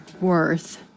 worth